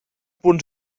punts